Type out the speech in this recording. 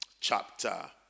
chapter